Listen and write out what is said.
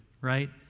right